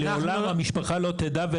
לעולם המשפחה לא תדע.